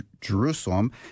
Jerusalem